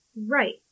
Right